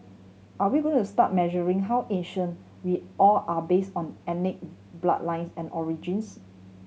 are we going to start measuring how Asian we all are base on ethnic bloodlines and origins